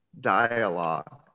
dialogue